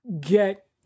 get